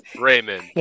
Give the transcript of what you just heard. Raymond